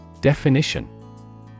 Definition